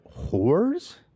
whores